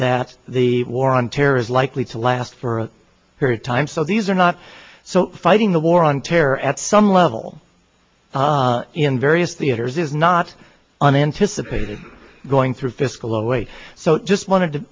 that the war on terror is likely to last for a period of time so these are not so fighting the war on terror at some level in various theaters is not unanticipated going through fiscal zero eight so just wanted to